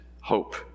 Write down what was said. hope